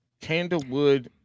Candlewood